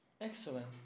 Excellent